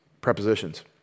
prepositions